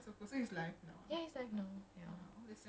sekarang you you'll hear him like sing and stuff